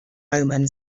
omen